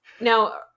Now